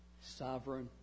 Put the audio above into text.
sovereign